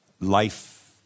life